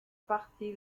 partie